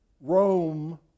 Rome